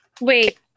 Wait